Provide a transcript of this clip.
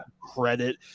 credit